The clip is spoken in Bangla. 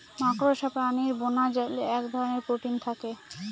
মাকড়সা প্রাণীর বোনাজালে এক ধরনের প্রোটিন থাকে